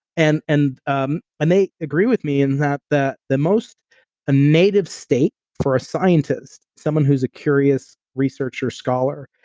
and and um and they agree with me and that that the most ah native state for a scientist, someone who is a curious researcher scholar,